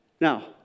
Now